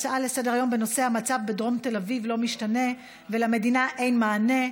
הצעות לסדר-היום בנושא: המצב בדרום תל אביב לא משתנה ולמדינה אין מענה,